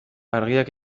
argiak